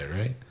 right